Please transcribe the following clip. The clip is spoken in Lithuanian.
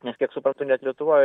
nes kiek suprantu net lietuvoj